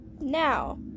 now